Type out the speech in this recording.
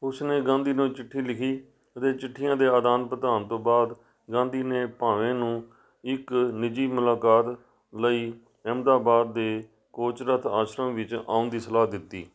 ਉਸ ਨੇ ਗਾਂਧੀ ਨੂੰ ਚਿੱਠੀ ਲਿਖੀ ਅਤੇ ਚਿੱਠੀਆਂ ਦੇ ਆਦਾਨ ਪ੍ਰਦਾਨ ਤੋਂ ਬਾਅਦ ਗਾਂਧੀ ਨੇ ਭਾਵੇ ਨੂੰ ਇੱਕ ਨਿੱਜੀ ਮੁਲਾਕਾਤ ਲਈ ਅਹਿਮਦਾਬਾਦ ਦੇ ਕੋਚਰਥ ਆਸ਼ਰਮ ਵਿੱਚ ਆਉਣ ਦੀ ਸਲਾਹ ਦਿੱਤੀ